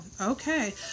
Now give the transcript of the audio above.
okay